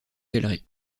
galerie